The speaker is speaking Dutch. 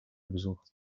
bezocht